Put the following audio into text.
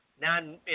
non